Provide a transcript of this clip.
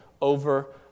over